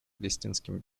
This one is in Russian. палестинским